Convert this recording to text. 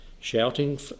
shouting